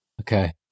Okay